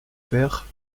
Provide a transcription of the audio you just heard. père